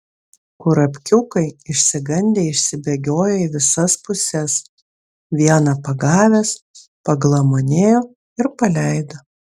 kurapkiukai išsigandę išsibėgiojo į visas puses vieną pagavęs paglamonėjo ir paleido